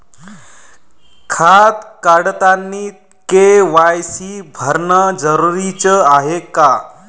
खातं काढतानी के.वाय.सी भरनं जरुरीच हाय का?